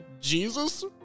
Jesus